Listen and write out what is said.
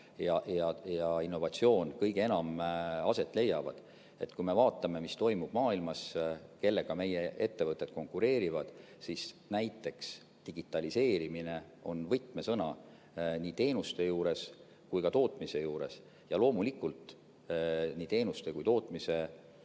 ja innovatsioon kõige enam aset leiavad. Kui me vaatame, mis toimub maailmas, kellega meie ettevõtted konkureerivad, siis näiteks digitaliseerimine on võtmesõna nii teenuste kui ka tootmise juures. Loomulikult, nii teenuste kui ka tootmise